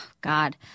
God